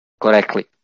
correctly